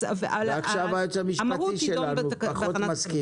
המהות תידון בתקנות.